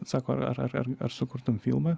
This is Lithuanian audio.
sako ar ar ar ar sukurtum filmą